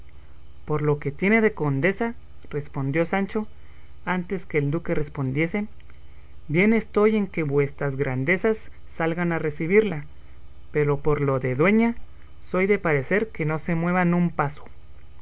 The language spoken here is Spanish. por lo que tiene de condesa respondió sancho antes que el duque respondiese bien estoy en que vuestras grandezas salgan a recebirla pero por lo de dueña soy de parecer que no se muevan un paso